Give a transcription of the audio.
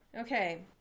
Okay